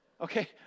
Okay